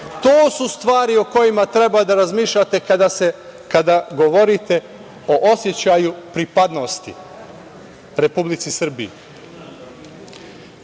To su stvari o kojima treba da razmišljate kada govorite o osećaju pripadnosti Republici Srbiji. Da